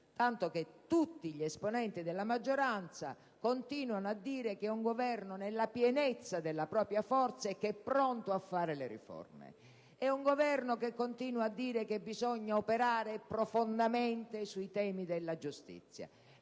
tanto che tutti gli esponenti della maggioranza continuano a dire che è un Governo nella pienezza della propria forza e che è pronto a fare le riforme; è un Governo che continua a dire che bisogna operare profondamente sui temi della giustizia.